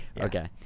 Okay